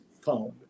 found